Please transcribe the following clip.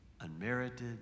unmerited